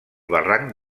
barranc